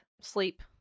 sleep